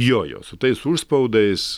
jo jo su tais užspaudais